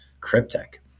Cryptic